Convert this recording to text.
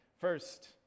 First